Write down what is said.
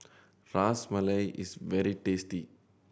Ras Malai is very tasty